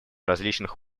различных